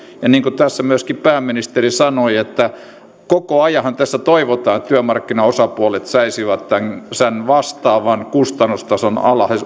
ja niin kuin tässä myöskin pääministeri sanoi koko ajanhan tässä toivotaan että työmarkkinaosapuolet saisivat tällaisen vastaavan kustannustason